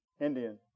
Indian